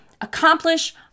accomplish